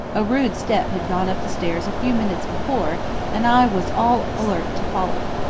a rude step had gone up the stairs a few minutes before and i was all alert to follow.